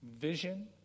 vision